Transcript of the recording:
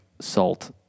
salt